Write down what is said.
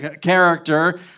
character